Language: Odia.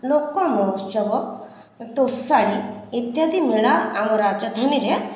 ଲୋକ ମହୋତ୍ସବ ତୋଷାଳି ଇତ୍ୟାଦି ମେଳା ଆମ ରାଜଧାନୀରେ